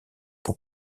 pour